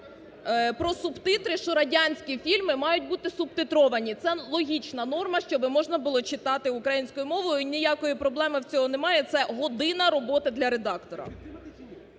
про субтитри, що радянські фільми мають бути субтитровані. Це логічна норма, щоб можна було читати українською мовою і ніякої проблеми в цьому немає, це година роботи для редактора.